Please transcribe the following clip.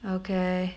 okay